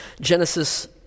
Genesis